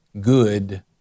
good